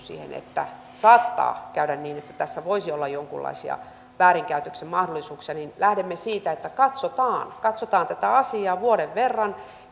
siihen että saattaa käydä niin että tässä voisi olla jonkunlaisia väärinkäytöksen mahdollisuuksia lähdemme siitä että katsotaan katsotaan tätä asiaa vuoden verran